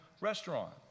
restaurant